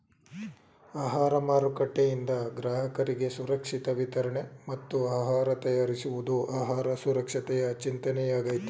ಆಹಾರ ಮಾರುಕಟ್ಟೆಯಿಂದ ಗ್ರಾಹಕರಿಗೆ ಸುರಕ್ಷಿತ ವಿತರಣೆ ಮತ್ತು ಆಹಾರ ತಯಾರಿಸುವುದು ಆಹಾರ ಸುರಕ್ಷತೆಯ ಚಿಂತನೆಯಾಗಯ್ತೆ